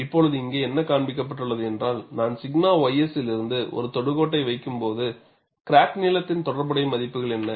இப்போது இங்கே என்ன காண்பிக்கப்பட்டுள்ளது என்றால் நான் 𝛔 ys இல் இருந்து ஒரு தொடுகோட்டை வைக்கும் போது கிராக் நீளத்தின் தொடர்புடைய மதிப்புகள் என்ன